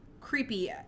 creepy